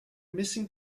missing